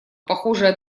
похожее